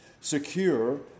secure